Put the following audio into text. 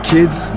Kids